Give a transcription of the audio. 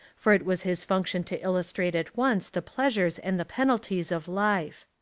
for it was his function to illustrate at once the pleasures and the penalties of life.